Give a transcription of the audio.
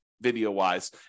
video-wise